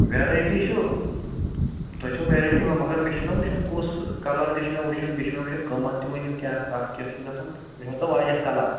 variety چھُ تۄہہِ چھو وٮ۪رایٹی وۄنۍ مگر مےٚ چھِنہٕ وٕچھُن کُس کَلر تہِ چھِ مےٚ وٕچھُن بیٚیہِ چھِ مےٚ وٕچھُن قۭمَتھ تہِ ؤنِو کیٛاہ کَتھ کیٛاہ چھُ گژھان تہٕ تُہۍ ہٲیتو واریاہ کَلر